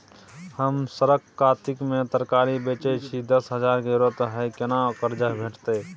हम सरक कातिक में तरकारी बेचै छी, दस हजार के जरूरत हय केना कर्जा भेटतै?